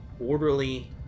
orderly